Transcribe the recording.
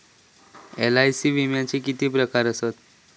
LIC विम्याचे किती प्रकार आसत?